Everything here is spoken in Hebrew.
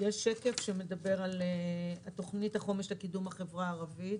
יש שקף שמדבר על תוכנית החומש לקידום החברה הערבית,